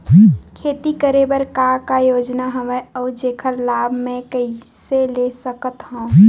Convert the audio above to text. खेती करे बर का का योजना हवय अउ जेखर लाभ मैं कइसे ले सकत हव?